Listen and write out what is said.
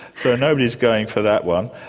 so nobody's going for that one.